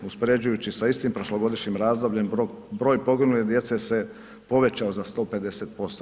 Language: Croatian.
Uspoređujući sa istim prošlogodišnjim razdobljem broj poginule djece se povećao za 150%